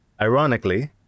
Ironically